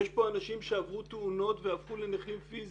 יש כאן אנשים שעברו תאונות והפכו לנכים פיזיים.